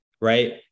right